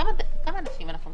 על כמה אנשים אנחנו מדברים?